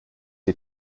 die